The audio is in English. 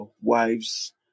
wives